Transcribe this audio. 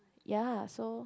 ya so